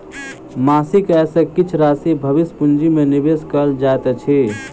मासिक आय सॅ किछ राशि भविष्य पूंजी में निवेश कयल जाइत अछि